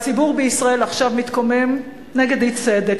הציבור בישראל עכשיו מתקומם נגד אי-צדק,